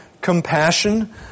compassion